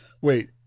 wait